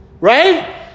Right